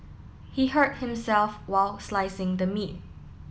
he hurt himself while slicing the meat